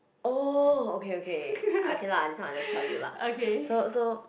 oh okay okay okay lah this one I just tell you lah so so